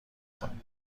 کنین